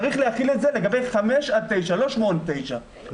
צריך להחיל את זה לגבי 5 9. בסדר גמור,